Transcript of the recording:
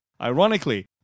Ironically